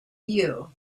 you